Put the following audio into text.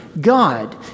God